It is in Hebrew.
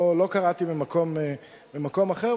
לא קראתי ממקום אחר,